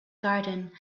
garden